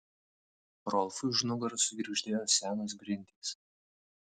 rolfui už nugaros sugirgždėjo senos grindys